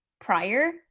prior